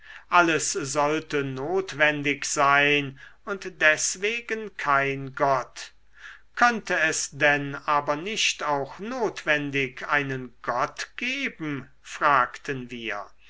alles sollte notwendig sein und deswegen kein gott könnte es denn aber nicht auch notwendig einen gott geben fragten wir